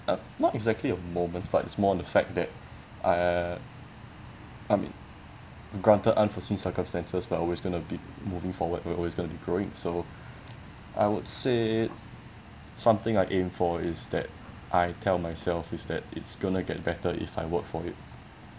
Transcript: um not exactly a moment but it's more on the fact that uh I mean granted unforeseen circumstances but always going to be moving forward we're always going to be growing so I would say something I aim for is that I tell myself is that it's gonna get better if I work for it